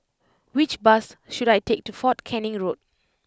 which bus should I take to Fort Canning Road